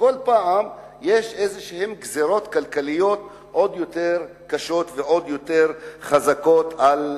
וכל פעם יש גזירות כלכליות עוד יותר קשות ועוד יותר חזקות על